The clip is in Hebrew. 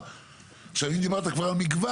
שהיום כבר לא באוצר,